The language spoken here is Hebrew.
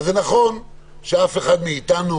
זה נכון שאף אחד מאיתנו